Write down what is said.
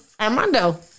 Armando